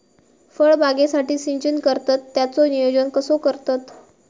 फळबागेसाठी सिंचन करतत त्याचो नियोजन कसो करतत?